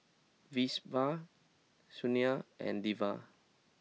Vinoba Sunil and Devi